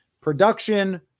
production